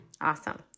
Awesome